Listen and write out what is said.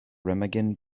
remagen